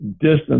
distance